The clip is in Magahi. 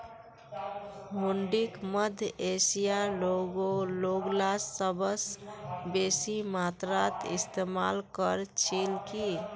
हुंडीक मध्य एशियार लोगला सबस बेसी मात्रात इस्तमाल कर छिल की